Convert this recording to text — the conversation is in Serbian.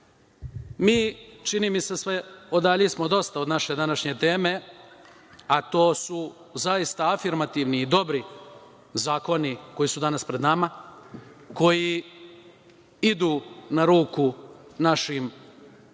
čini mi se, se odaljismo dosta od naše današnje teme, a to su zaista afirmativni i dobri zakoni koji su danas pred nama, koji idu na ruku našim